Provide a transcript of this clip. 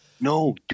No